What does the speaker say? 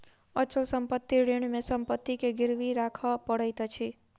अचल संपत्ति ऋण मे संपत्ति के गिरवी राखअ पड़ैत अछि